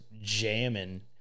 jamming